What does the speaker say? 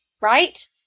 right